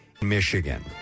Michigan